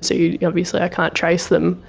so you know obviously i can't trace them.